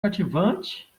cativante